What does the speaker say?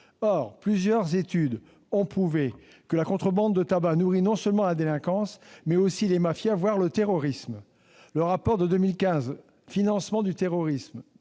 Or plusieurs études ont prouvé que la contrebande de tabac nourrit non seulement la délinquance, mais aussi les mafias, voire le terrorisme. Le rapport de 2015 intitulé,